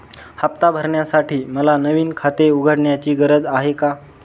हफ्ता भरण्यासाठी मला नवीन खाते उघडण्याची गरज आहे का?